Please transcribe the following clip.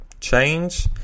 change